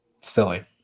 Silly